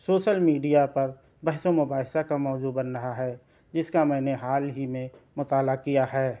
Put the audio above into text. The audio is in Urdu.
سوشل میڈیا پر بحث و مباحثہ کا موضوع بن رہا ہے جس کا میں نے حال ہی مطالعہ کیا ہے